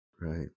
Right